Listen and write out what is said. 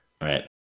Right